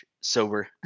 sober